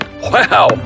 Wow